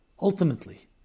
ultimately